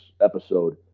episode